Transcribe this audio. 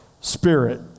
spirit